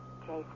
Jason